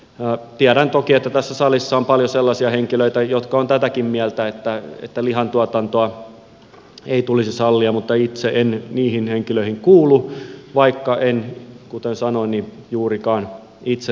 tiedän toki että tässä salissa on paljon sellaisia henkilöitä jotka ovat tätäkin mieltä että lihan tuotantoa ei tulisi sallia mutta itse en niihin henkilöihin kuulu vaikka en kuten sanoin juurikaan itse lihaa käytä